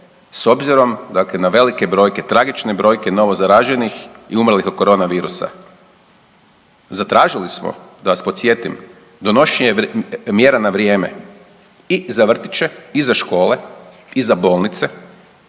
s obzirom dakle na velike brojke, tragične brojke novozaraženih i umrlih od koronavirusa. Zatražili smo da vas podsjetim donošenje mjera na vrijeme i za vrtiće i za škole i za bolnice,